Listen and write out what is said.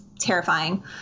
terrifying